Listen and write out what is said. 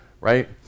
right